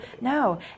No